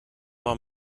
man